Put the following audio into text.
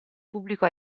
pubblico